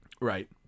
Right